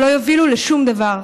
שלא יובילו לשום דבר.